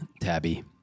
Tabby